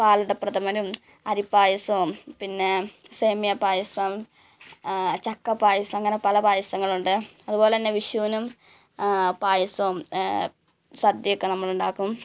പാലട പ്രഥമനും അരിപ്പായസവും പിന്നേ സേമിയപ്പായസം ചക്കപ്പായസം അങ്ങനെ പല പായസങ്ങളുണ്ട് അത്പോലെ തന്നെ വിഷുവിനും പായസവും സദ്യയുമൊക്കെ നമ്മൾ ഉണ്ടാക്കും